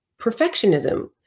perfectionism